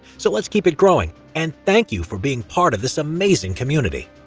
so let's keep it growing, and thank you for being part of this amazing community